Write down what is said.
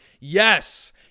Yes